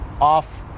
off